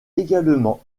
également